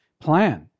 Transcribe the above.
plan